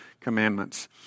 commandments